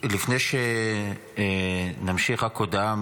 לפני שנמשיך רק הודעה